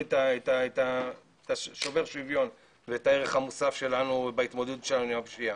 את השובר שוויון ואת הערך המוסף שלנו בהתמודדות שלנו עם הפשיעה.